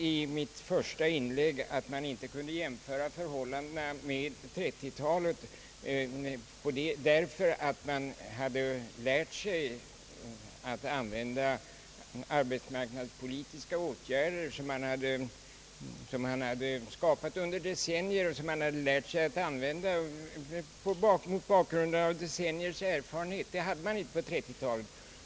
I mitt första inlägg sade jag, att man inte kunde jämföra med förhållandena på 30-talet, därför att man nu hade lärt sig att använda arbetsmarknadspolitiska åtgärder mot bakgrunden av decenniers erfarenhet. Det hade man inte på 30-talet.